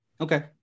Okay